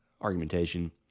argumentation